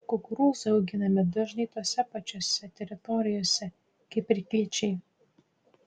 kukurūzai auginami dažnai tose pačiose teritorijose kaip ir kviečiai